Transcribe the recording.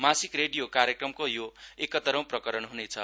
मासिक रेडियो कार्यक्रमको यो एकतरौं प्रकरण ह्नेछ